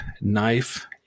knife